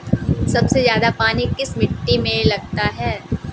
सबसे ज्यादा पानी किस मिट्टी में लगता है?